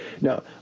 Now